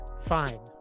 fine